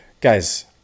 guys